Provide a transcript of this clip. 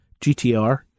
GTR